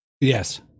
Yes